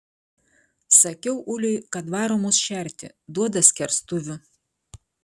sakiau uliui kad varo mus šerti duoda skerstuvių